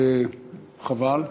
חבל.